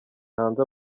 hanze